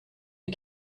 des